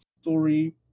story